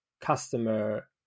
customer